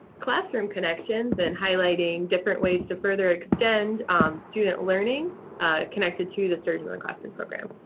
classroom connections and highlighting different ways to further extend student learning connected to the sturgeon in the classroom program.